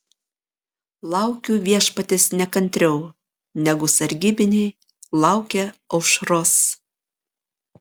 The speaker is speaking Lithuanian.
laukiu viešpaties nekantriau negu sargybiniai laukia aušros